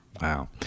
Wow